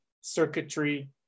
circuitry